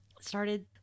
started